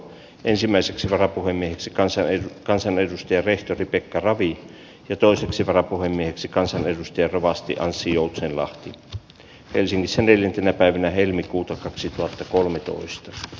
ensimmäiseksi varapuhemieheksi kansa ei kansanedustaja rehtori pekka ravi ja toiseksi varapuhemieheksi kansanedustaja rovasti anssi joutsenlahti helsingissä neljäntenä päivänä helmikuuta kaksituhattakolme tuos